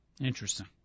Interesting